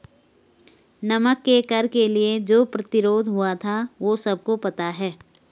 नमक के कर के लिए जो प्रतिरोध हुआ था वो सबको पता है